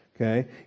okay